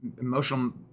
emotional